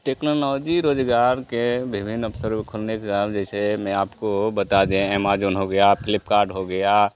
technology रोज़गार के विभिन्न अवसरों के खुलने के कारण जैसे मैं आपको बता दें एमाजॉन हो गया फ्लिपकार्ट हो गया